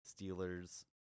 Steelers